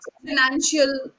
Financial